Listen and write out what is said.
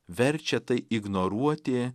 verčia tai ignoruoti